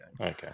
Okay